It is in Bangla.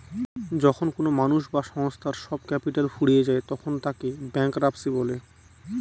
যখন কোনো মানুষ বা সংস্থার সব ক্যাপিটাল ফুরিয়ে যায় তখন তাকে ব্যাংকরাপসি বলে